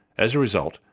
as a result,